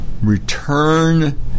return